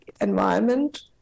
environment